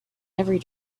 every